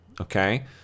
okay